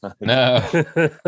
No